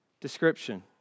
description